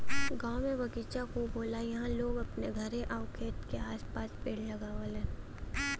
गांव में बगीचा खूब होला इहां लोग अपने घरे आउर खेत के आस पास पेड़ लगावलन